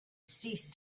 ceased